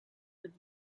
would